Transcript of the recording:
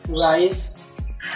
rice